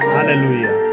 Hallelujah